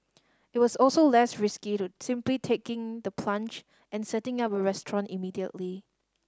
it was also less risky to simply taking the plunge and setting up a restaurant immediately